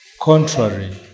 contrary